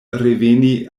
reveni